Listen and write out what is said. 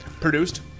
produced